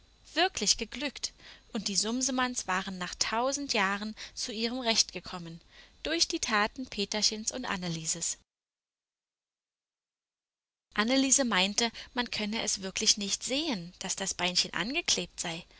wirklich geglückt und die sumsemanns waren nach tausend jahren zu ihrem recht gekommen durch die taten peterchens und annelieses anneliese meinte man könne es wirklich nicht sehen daß das beinchen angeklebt sei